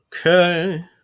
Okay